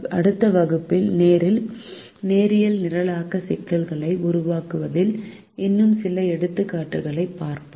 அடுத்த வகுப்பில் நேரியல் நிரலாக்க சிக்கல்களை உருவாக்குவதில் இன்னும் சில எடுத்துக்காட்டுகளைப் பார்ப்போம்